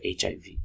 hiv